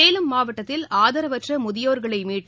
சேலம் மாவட்டத்தில் ஆதரவற்ற முதியோர்களை மீட்டு